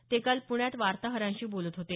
ते काल पुण्यात वार्ताहरांशी बोलत होते